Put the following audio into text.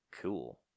cool